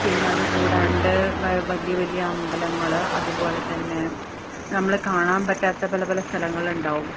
പിന്നെ അതുകൂടാണ്ട് വ വലിയ വലിയ അമ്പലങ്ങൾ അതുപോലെ തന്നെ നമ്മൾ കാണാൻ പറ്റാത്ത പല പല സ്ഥലങ്ങൾ ഉണ്ടാവും